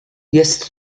jest